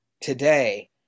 today